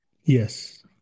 Yes